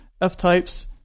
F-Types